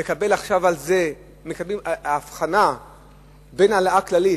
ההבחנה בין העלאה כללית,